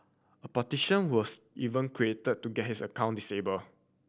a petition was even created to get his account disabled